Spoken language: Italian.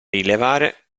rilevare